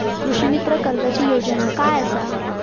कृषीमित्र कर्जाची योजना काय असा?